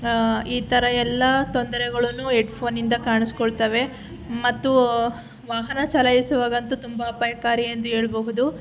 ಈ ಥರ ಎಲ್ಲ ತೊಂದರೆಗಳನ್ನೂ ಎಡ್ಫೋನಿಂದ ಕಾಣಿಸ್ಕೊಳ್ತಾವೆ ಮತ್ತು ವಾಹನ ಚಲಾಯಿಸುವಾಗಂತೂ ತುಂಬ ಅಪಾಯಕಾರಿ ಎಂದು ಹೇಳ್ಬಹುದು